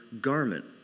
garment